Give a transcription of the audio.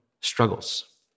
struggles